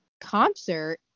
concert